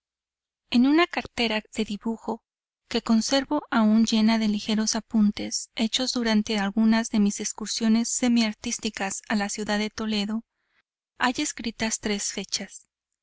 en una cartera de dibujo que conservo aún llena de ligeros apuntes hechos durante algunas de mis excursiones semiartísticas a la ciudad de toledo hay escritas tres fechas